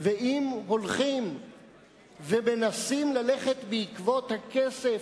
ואם הולכים ומנסים ללכת בעקבות הכסף,